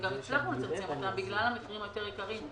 וגם הצלחנו לצמצם אותה בגלל המחירים היקרים יותר.